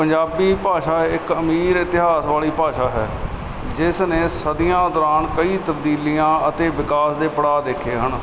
ਪੰਜਾਬੀ ਭਾਸ਼ਾ ਇੱਕ ਅਮੀਰ ਇਤਿਹਾਸ ਵਾਲੀ ਭਾਸ਼ਾ ਹੈ ਜਿਸ ਨੇ ਸਦੀਆਂ ਦੌਰਾਨ ਕਈ ਤਬਦੀਲੀਆਂ ਅਤੇ ਵਿਕਾਸ ਦੇ ਪੜਾਅ ਦੇਖੇ ਹਨ